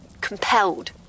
compelled